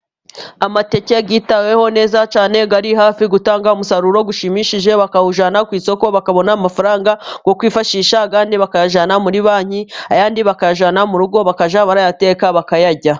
Amateke yitaweho neza cyane, ari hafi gutanga umusaruro ushimishije, bakawujyana ku isoko bakabona amafaranga yo kwifashisha, ayandi bakayajyana muri banki, ayandi bakayajyana mu rugo, bakajya bayateka bakayarya.